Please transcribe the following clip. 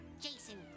Jason